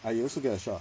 I also get a shock lah